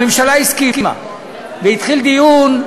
הממשלה הסכימה, והתחיל דיון,